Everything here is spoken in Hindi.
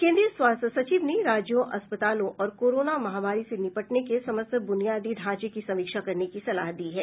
केन्द्रीय स्वास्थ्य सचिव ने राज्यों अस्पतालों और कोरोना महामारी से निपटने के समस्त ब्रनियाटी ढांचे की समीक्षा करने की सलाह दी है